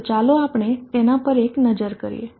તો ચાલો આપણે તેના પર એક નજર કરીએ